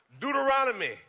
Deuteronomy